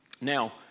Now